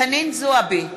חנין זועבי,